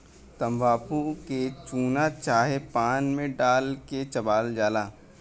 तम्बाकू के चूना चाहे पान मे डाल के चबायल जाला